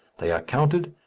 they are counted,